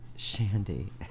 Shandy